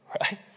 Right